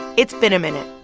it's been a minute